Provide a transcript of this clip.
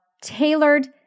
tailored